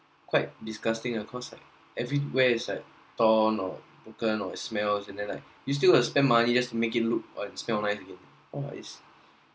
quite disgusting ah cause like everywhere it's like torn or broken or smells and then like you still you still have to spend money just make it look and smell nice !wah! it's